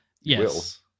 Yes